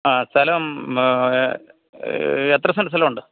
ആ സ്ഥലം എത്ര സെൻറ് സ്ഥലമുണ്ട്